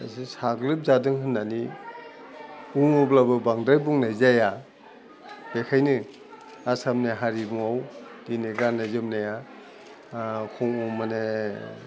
एसे साग्लोबजादों होन्नानै बुङोब्लाबो बांद्राय बुंनाय जाया बेखायनो आसामनि हारिमुवाव दिनै गान्नाय जोमनाया समाव माने